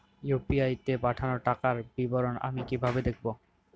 UPI তে পাঠানো টাকার বিবরণ আমি কিভাবে দেখবো?